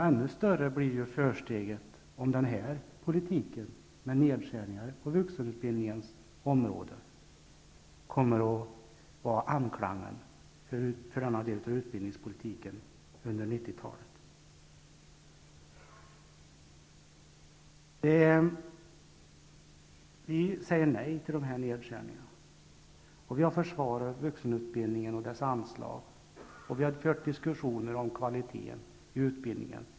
Ännu större blir försteget om politiken med nedskärningar på vuxenutbildningens område kommer att vinna anklang i denna del av utbildningspolitiken under Vi säger nej till de här nedskärningarna. Vi försvarar vuxenutbildningen och dess anslag. Under hela 80-talet har vi fört diskussioner om kvaliteten i utbildningen.